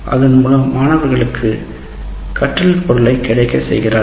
அதன் மூலம் மாணவர்களுக்கு கற்றல் பொருளை கிடைக்க செய்கிறார்கள்